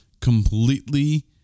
completely